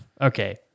Okay